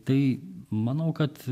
tai manau kad